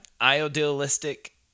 idealistic